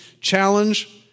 challenge